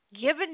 given